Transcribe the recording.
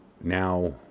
now